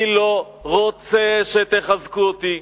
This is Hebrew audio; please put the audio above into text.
אני לא רוצה שתחזקו אותי?